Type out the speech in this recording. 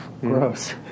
Gross